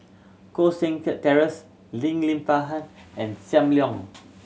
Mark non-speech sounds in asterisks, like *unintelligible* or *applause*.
Koh Seng Kiat Terence Lim *unintelligible* and Sam Leong